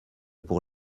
pour